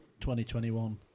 2021